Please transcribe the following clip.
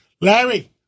Larry